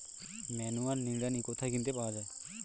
Manual নিড়ানি কোথায় কিনতে পাওয়া যায়?